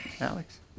Alex